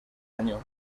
año